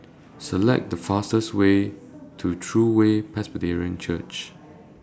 Select The fastest Way to True Way Presbyterian Church